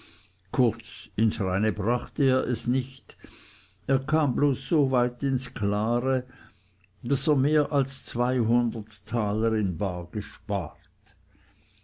kurz ins reine brachte er es nicht er kam bloß so weit ins klare daß er mehr als zweihundert taler in bar gespart